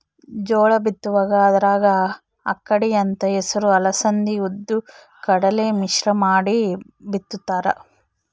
ಜೋಳ ಬಿತ್ತುವಾಗ ಅದರಾಗ ಅಕ್ಕಡಿ ಅಂತ ಹೆಸರು ಅಲಸಂದಿ ಉದ್ದು ಕಡಲೆ ಮಿಶ್ರ ಮಾಡಿ ಬಿತ್ತುತ್ತಾರ